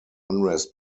unrest